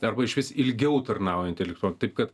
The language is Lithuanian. arba išvis ilgiau tarnaujantįelektron taip kad